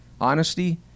honesty